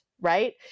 right